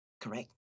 Correct